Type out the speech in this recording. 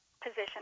position